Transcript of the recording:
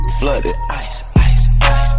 flooded